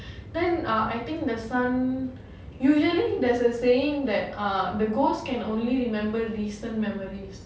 then ah I think the son usually there's a saying that err the ghost can only remember recent memory